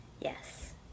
Yes